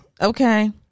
Okay